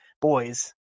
boys